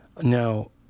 now